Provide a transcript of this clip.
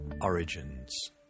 origins